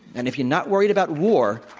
and if you're not worried about war,